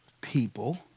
people